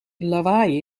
lawaai